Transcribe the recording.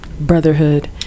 Brotherhood